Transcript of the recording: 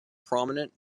prominent